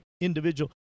individual